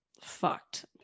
fucked